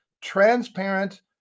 transparent